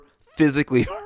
physically